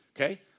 Okay